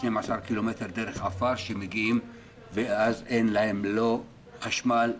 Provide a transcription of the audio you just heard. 12 קמ' של דרך עפר שמגיעים ואין להם לא חשמל,